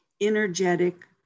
energetic